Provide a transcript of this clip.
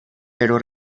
pero